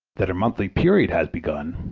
that her monthly period had begun,